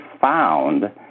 found